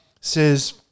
says